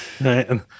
Right